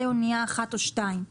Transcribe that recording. אולי אנייה אחת או שתיים.